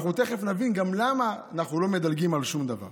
אנחנו תכף נבין גם למה אנחנו לא מדלגים על שום דבר.